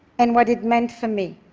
and what it meant for me.